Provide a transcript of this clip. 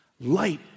Light